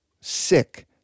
sick